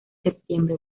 septiembre